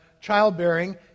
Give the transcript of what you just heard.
childbearing